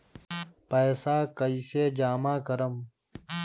पैसा कईसे जामा करम?